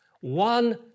one